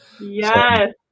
yes